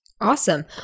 Awesome